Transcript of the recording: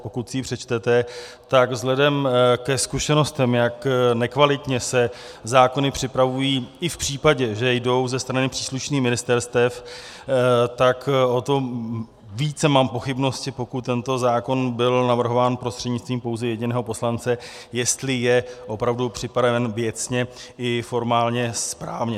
Pokud si ji přečtete, tak vzhledem ke zkušenostem, jak nekvalitně se zákony připravují i v případě, že jdou ze strany příslušných ministerstev, tak o to více mám pochybnosti, pokud tento zákon byl navrhován prostřednictvím pouze jediného poslance, jestli je opravdu připraven věcně i formálně správně.